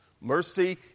mercy